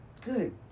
good